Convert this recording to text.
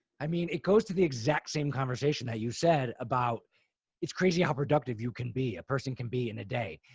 i mean, it goes to the exact same conversation that you said about it's crazy how productive you can be. a person can be in a day.